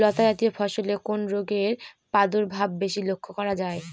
লতাজাতীয় ফসলে কোন রোগের প্রাদুর্ভাব বেশি লক্ষ্য করা যায়?